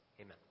Amen